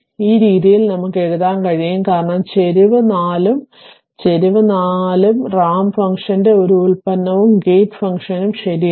ഈ രീതിയിൽ നമുക്ക് എഴുതാൻ കഴിയും കാരണം ചരിവ് 4 ഉം ചരിവ് 4 ഉം റാമ്പ് ഫംഗ്ഷന്റെ ഒരു ഉൽപ്പന്നവും ഗേറ്റ് ഫംഗ്ഷനും ശരിയാണ്